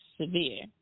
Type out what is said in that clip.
severe